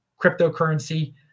cryptocurrency